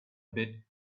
bit